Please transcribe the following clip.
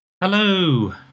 Hello